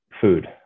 Food